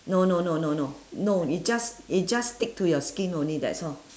no no no no no no it just it just stick to your skin only that's all